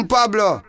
Pablo